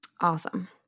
Awesome